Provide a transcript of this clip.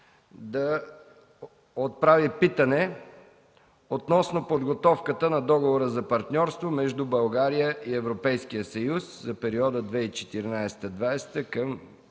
да отправи питане относно подготовката на Договора за партньорство между България и Европейския съюз за периода 2014-2020 г.